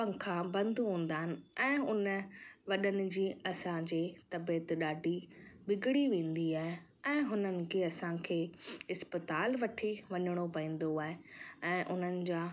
पंखा बंदि हूंदा आहिनि ऐं उन वॾनि जी असां जे तबियत ॾाढी बिगिड़ी वेंदी आहे ऐं हुननि खे असां खे अस्पताल वठी वञिणो पवंदो आहे ऐं उन्हनि जा